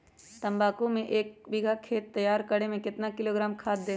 तम्बाकू के एक बीघा खेत तैयार करें मे कितना किलोग्राम खाद दे?